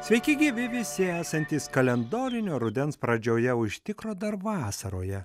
sveiki gyvi visi esantys kalendorinio rudens pradžioje o iš tikro dar vasaroje